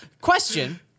Question